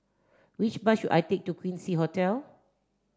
which bus should I take to Quincy Hotel